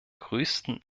größten